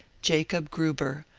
jacob gruber,